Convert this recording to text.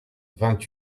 vingt